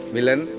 Milan